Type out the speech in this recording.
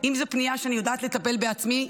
אם זאת פנייה שאני יודעת לטפל בה בעצמי,